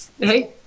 Hey